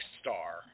star